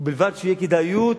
ובלבד שתהיה כדאיות